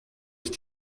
ist